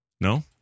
No